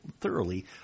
thoroughly